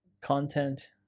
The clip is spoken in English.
content